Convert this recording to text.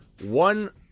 one